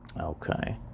Okay